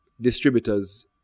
distributors